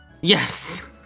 Yes